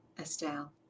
Estelle